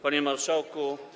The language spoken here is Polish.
Panie Marszałku!